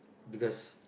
because